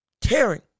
tearing